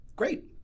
Great